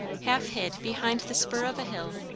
half hid behind the spur of a hill,